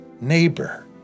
neighbor